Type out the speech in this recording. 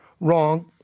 Wrong